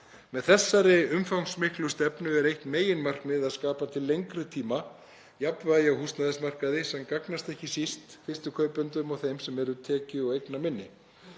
Með þessari umfangsmiklu stefnu er eitt meginmarkmiðið að skapa til lengri tíma jafnvægi á húsnæðismarkaði sem gagnast ekki síst fyrstu kaupendum og þeim sem eru tekju- og eignaminni.